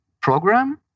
program